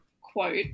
quote